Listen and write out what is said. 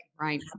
Right